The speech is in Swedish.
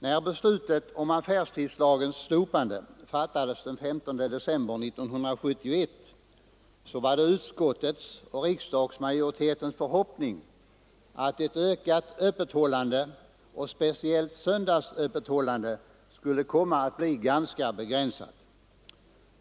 När beslutet om affärstidslagens slopande fattades den 15 december 1971, var det utskottets och riksdagsmajoritetens förhoppning att ökningen i fråga om öppethållandet och speciellt söndagsöppethållandet skulle komma att bli ganska begränsad.